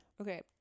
Okay